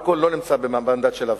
האלכוהול לא נמצא במנדט של הוועדה.